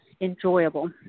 enjoyable